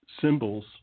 symbols